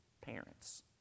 parents